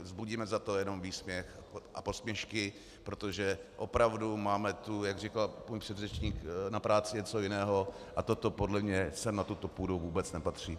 Vzbudíme za to jenom výsměch a posměšky, protože opravdu, máme tu, jak říkal můj předřečník, na práci něco jiného, a toto podle mne na tuto půdu vůbec nepatří.